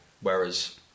whereas